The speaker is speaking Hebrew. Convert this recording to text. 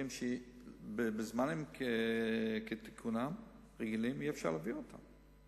שבזמנים כתיקונם אי-אפשר להביא אותם.